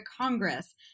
Congress